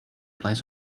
plays